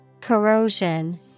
Corrosion